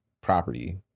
property